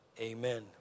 amen